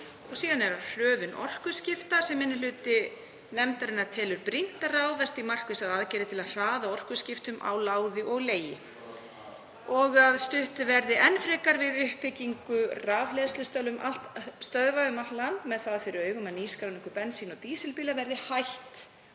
Síðan er það hröðun orkuskipta en minni hluti nefndarinnar telur brýnt að ráðast í markvissar aðgerðir til að hraða orkuskiptum á láði og legi. Stutt verði enn frekar við uppbyggingu rafhleðslustöðva um allt land með það fyrir augum að nýskráningu bensín- og dísilbíla verði hætt